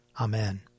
Amen